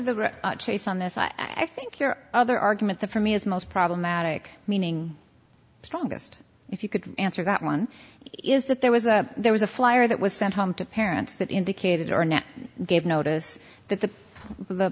the chase on this i think your other argument that for me is most problematic meaning the strongest if you could answer that one is that there was a there was a flyer that was sent home to parents that indicated or now gave notice that the the